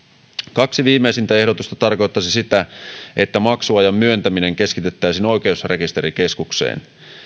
kaksi viimeisintä ehdotusta tarkoittaisivat sitä että maksuajan myöntäminen keskitettäisiin oikeusrekisterikeskukseen